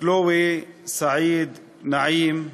קלואי סעיד נעים,